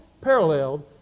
paralleled